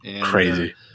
crazy